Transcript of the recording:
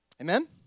amen